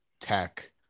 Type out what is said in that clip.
tech